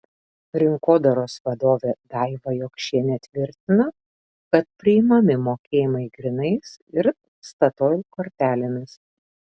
rinkodaros vadovė daiva jokšienė tvirtina kad priimami mokėjimai grynais ir statoil kortelėmis